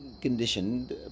conditioned